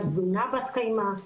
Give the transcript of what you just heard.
תזונה בת קיימא,